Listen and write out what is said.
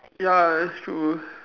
ya that's true